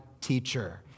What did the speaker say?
teacher